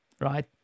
right